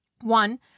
One